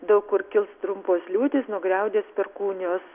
daug kur kils trumpos liūtys nugriaudės perkūnijos